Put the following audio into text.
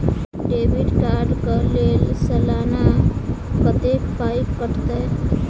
Debit card कऽ लेल सलाना कत्तेक पाई कटतै?